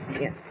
Yes